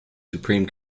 supreme